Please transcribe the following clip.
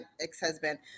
ex-husband